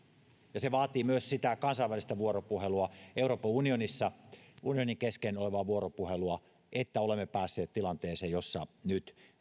ja se vaatii myös sitä kansainvälistä vuoropuhelua euroopan unionin kesken olevaa vuoropuhelua että olemme päässeet tilanteeseen jossa nyt